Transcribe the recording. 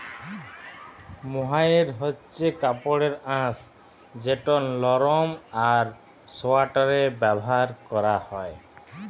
mohair হছে কাপড়ের আঁশ যেট লরম আর সোয়েটারে ব্যাভার ক্যরা হ্যয়